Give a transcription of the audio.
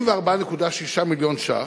34.36 מיליון ש"ח,